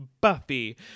Buffy